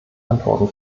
antworten